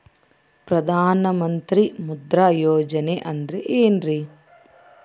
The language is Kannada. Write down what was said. ಪ್ರಧಾನ ಮಂತ್ರಿ ಮುದ್ರಾ ಯೋಜನೆ ಅಂದ್ರೆ ಏನ್ರಿ?